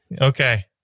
Okay